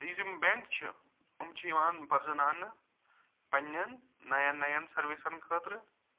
تہٕ یُس یِم بینٛک چھِ یِم چھِ یِوان پرٛزٕناونہٕ پنٕنٮ۪ن نایَن نایَن سٔروِسن خٲطرٕ